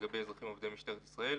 לגבי אזרחים עובדי משטרת ישראל,